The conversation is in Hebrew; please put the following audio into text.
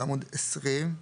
עמוד 20,